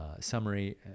summary